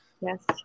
Yes